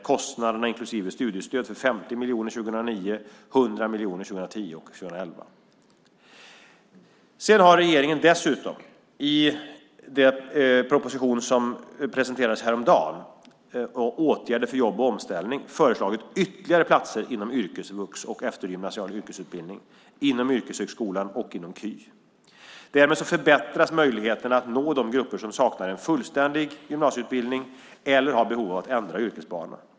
Kostnaderna inklusive studiestöd beräknas till 50 miljoner kronor för 2009 och till 100 miljoner kronor per år för 2010 och 2011. Regeringen har dessutom i den proposition som presenterades häromdagen, Åtgärder för jobb och omställning , föreslagit ytterligare platser inom yrkesvux och eftergymnasial yrkesutbildning inom yrkeshögskolan och inom KY. Därmed förbättras möjligheterna att nå de grupper som saknar en fullständig gymnasieutbildning eller har behov av att ändra yrkesbana.